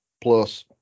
plus